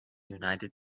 united